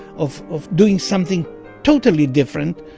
of of doing something totally different.